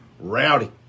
rowdy